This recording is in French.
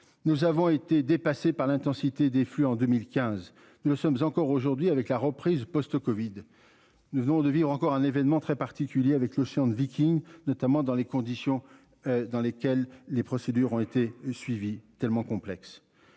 Nous avons été dépassés par l'intensité des flux en 2015. Nous ne sommes encore aujourd'hui avec la reprise post-Covid. Nous venons de vivre encore un événement très particulier avec l'Océan Viking notamment dans les conditions. Dans lesquelles les procédures ont été suivies tellement complexe.